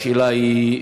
השאלה היא: